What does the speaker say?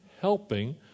helping